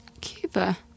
Cuba